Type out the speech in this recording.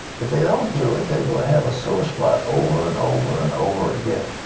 if they don't do it, they'll have a sore spot over and over and over again.